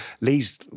Lee's